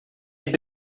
had